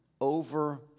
over